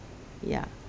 ya